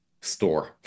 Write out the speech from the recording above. store